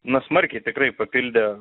na smarkiai tikrai papildė